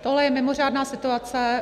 Tohle je mimořádná situace.